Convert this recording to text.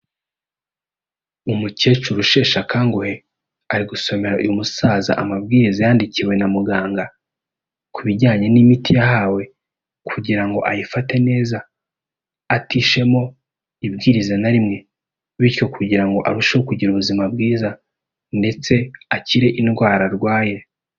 Umukecuru usheshe akanguhe ari gusomera uyu musaza amabwiriza yandikiwe na muganga ku bijyanye n'imiti yahawe kugira ngo ayifate neza, atishemo ibwiriza na rimwe bityo kugira ngo arusheho kugira ubuzima bwiza ndetse akire indwara arwaye.